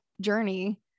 journey